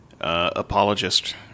apologist